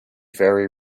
very